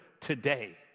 today